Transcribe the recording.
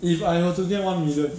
if I were to get one million